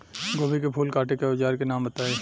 गोभी के फूल काटे के औज़ार के नाम बताई?